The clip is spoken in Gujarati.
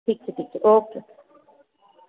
ઠીક છે ઠીક છે ઓકે